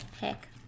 pick